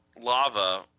lava